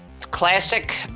classic